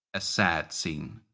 a sad scene.